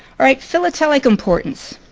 alright, philatelic importance.